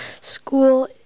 school